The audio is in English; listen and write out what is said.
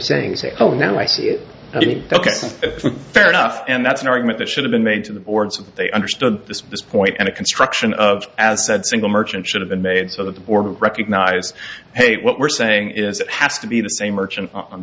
saying say oh now i see it fair enough and that's an argument that should have been made to the boards and they understood this point and a construction of as said single merchant should have been made so that the recognise hey what we're saying is has to be the same merchant on